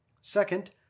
Second